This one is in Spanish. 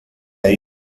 ahí